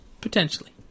Potentially